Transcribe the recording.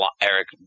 Eric